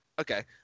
okay